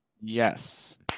Yes